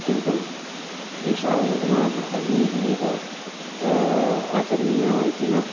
किन्तु एषा योजनाः अन्यैः एव आचरणीया इति न